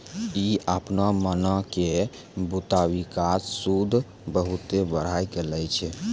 इ अपनो मनो के मुताबिक सूद बहुते बढ़ाय के लै छै